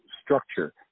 structure